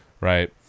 right